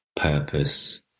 purpose